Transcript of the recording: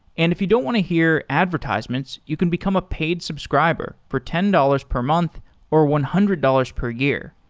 and if you don't want to hear advertisements, you can become a paid subscriber for ten dollars per month or one hundred dollars per year.